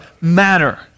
matter